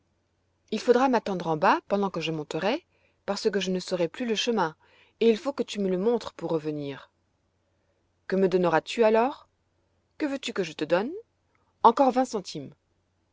il faudra m'attendre en bas pendant que je monterai parce que je ne saurai plus le chemin et il faut que tu me le montres pour revenir que me donneras tu alors que veux-tu que je te donne encore vingt centimes